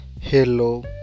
hello